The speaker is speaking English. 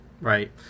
right